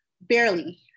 barely